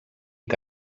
que